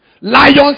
Lions